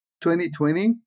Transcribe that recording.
2020